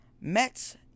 Mets